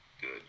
good